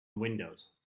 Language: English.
windows